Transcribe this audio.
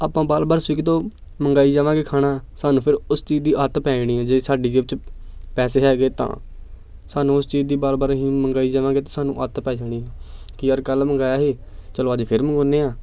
ਆਪਾਂ ਵਾਰ ਵਾਰ ਸਵਿਗੀ ਤੋਂ ਮੰਗਵਾਈ ਜਾਵਾਂਗੇ ਖਾਣਾ ਸਾਨੂੰ ਫਿਰ ਉਸ ਚੀਜ਼ ਦੀ ਆਦਤ ਪੈ ਜਾਣੀ ਆ ਜੇ ਸਾਡੀ ਜੇਬ 'ਚ ਪੈਸੇ ਹੈਗੇ ਤਾਂ ਸਾਨੂੰ ਉਸ ਚੀਜ਼ ਦੀ ਵਾਰ ਵਾਰ ਅਸੀਂ ਮੰਗਵਾਈ ਜਾਵਾਂਗੇ ਤਾਂ ਸਾਨੂੰ ਆਦਤ ਪੈ ਜਾਣੀ ਕਿ ਯਾਰ ਕੱਲ੍ਹ ਨੂੰ ਮੰਗਵਾਇਆ ਸੀ ਚਲੋ ਅੱਜ ਫਿਰ ਮੰਗਾਉਂਦੇ ਹਾਂ